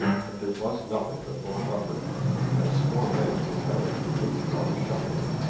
but there was nothing that lord rufford could do as four men were carrying the major on a shutter.